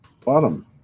bottom